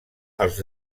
els